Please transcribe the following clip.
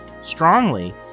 strongly